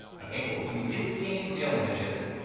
ok, cool. so we didn't see any stale images,